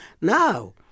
Now